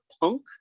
punk